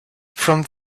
from